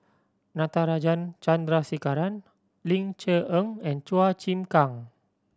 Natarajan Chandrasekaran Ling Cher Eng and Chua Chim Kang